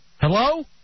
Hello